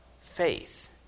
faith